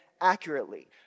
accurately